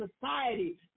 society